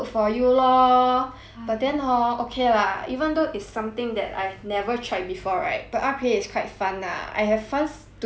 but then hor okay lah even though it's something that I've never tried before right but R_P_A is quite fun lah I have funs doing my do process